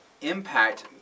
impact